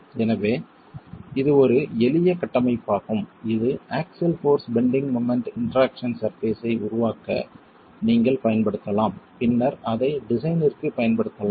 எனவே இது ஒரு எளிய கட்டமைப்பாகும் இது axial force bending moment interaction surface ஐ உருவாக்க நீங்கள் பயன்படுத்தலாம் பின்னர் அதை டிசைனிற்குப் பயன்படுத்தலாம்